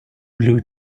blue